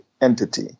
entity